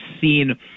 seen